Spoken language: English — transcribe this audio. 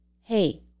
hey